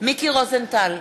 מיקי רוזנטל,